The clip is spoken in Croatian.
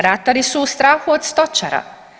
Ratari su u strahu od stočara.